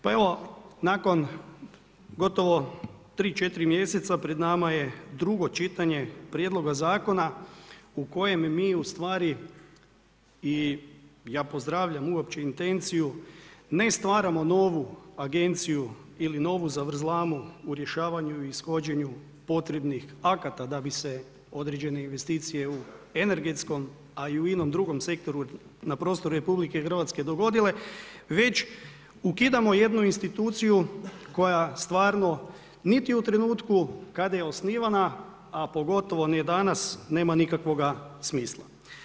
Pa evo nakon gotovo 3, 4 mjeseca pred nama je drugo čitanje prijedloga zakona u kojem mi ustvari i ja pozdravljam uopće intenciju, ne stvaramo ili novu zavrzlamu u rješavanju i ishođenju potrebnih akata, da bi se određene investicije, u energetskom, a i u inom drugom sektoru na prostoru RH dogodile, već ukidamo jednu instituciju, koja stvarno, niti u trenutku, kada je osnivana, a pogotovo ni danas nema nikakvog smisla.